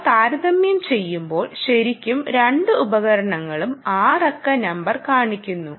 ഇവ താരതമ്യം ചെയ്യുമ്പോൾ ശെരിക്കും രണ്ട് ഉപകരണങ്ങളും 6 അക്ക നമ്പർ കാണിക്കുന്നു